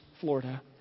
Florida